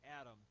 Adam